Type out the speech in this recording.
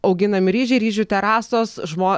auginami ryžiai ryžių terasos žmo